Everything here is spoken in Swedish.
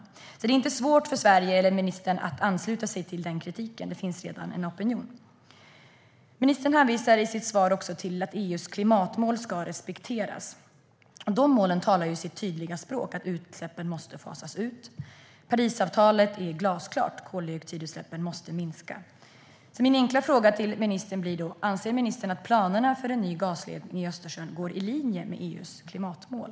Det är alltså inte svårt för Sverige eller ministern att ansluta sig den kritiken eftersom det redan finns en opinion. Ministern hänvisar också till att EU:s klimatmål ska respekteras. De målen talar ju sitt tydliga språk, att utsläppen måste fasas ut. Parisavtalet är glasklart om att koldioxidutsläppen måste minska. Min enkla fråga till ministern blir då: Anser ministern att planerna på en ny gasledning i Östersjön är i linje med EU:s klimatmål?